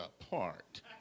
apart